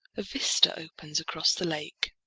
a vista opens across the lake.